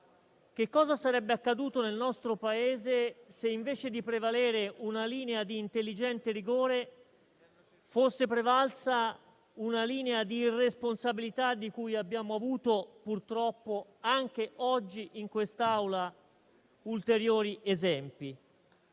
che cosa sarebbe accaduto nel nostro Paese se, invece di prevalere una linea di intelligente rigore, fosse prevalsa una linea di irresponsabilità, di cui abbiamo avuto, purtroppo, anche oggi in quest'Aula ulteriori esempi.